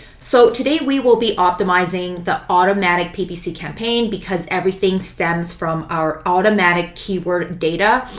so today, we will be optimizing the automatic ppc campaign because everything stems from our automatic keyword data.